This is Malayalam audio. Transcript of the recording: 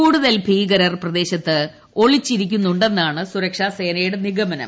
കൂടുതൽ ഭീകരർ പ്രദേശ്ത്ത് ഒളിച്ചിരിക്കുന്നുണ്ടെന്നാണ് സുരക്ഷാ സേനയുടെ നിഗമനം